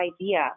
idea